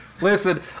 Listen